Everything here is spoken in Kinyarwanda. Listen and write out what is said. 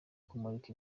kumurika